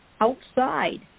outside